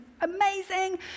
amazing